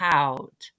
out